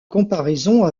comparaison